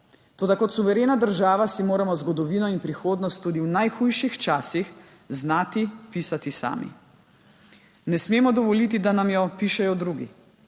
Toda kot suverena država si moramo zgodovino in prihodnost tudi v najhujših časih znati pisati sami. Ne smemo dovoliti, da nam jo pišejo drugi.